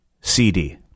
CD